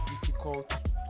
difficult